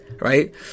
right